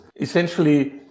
Essentially